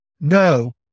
no